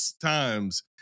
times